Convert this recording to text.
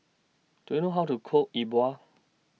Do YOU know How to Cook E Bua